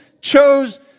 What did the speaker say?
chose